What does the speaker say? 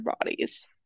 bodies